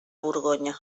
borgonya